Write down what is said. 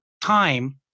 time